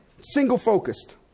single-focused